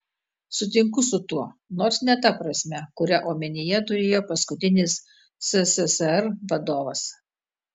sutinku su tuo nors ne ta prasme kurią omenyje turėjo paskutinis sssr vadovas